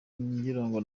ngirango